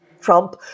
Trump